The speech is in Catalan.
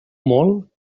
molt